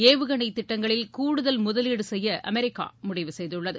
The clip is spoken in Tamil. ஏவுகணை திட்டங்களில் கூடுதல் முதலீடு செய்ய அமெரிக்கா முடிவு செய்துள்ளது